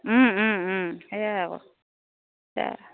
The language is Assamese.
সেয়াই আকৌ